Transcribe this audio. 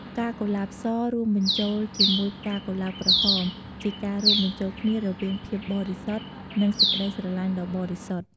ផ្កាកុលាបស រួមបញ្ចូលជាមួយផ្កាកុលាបក្រហម ជាការរួមបញ្ចូលគ្នារវាងភាពបរិសុទ្ធ និងសេចក្តីស្រឡាញ់ដ៏បរិសុទ្ធ។